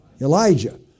Elijah